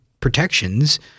protections